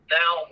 now